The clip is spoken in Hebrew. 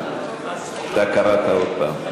--- אתה קראת עוד פעם.